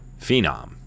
phenom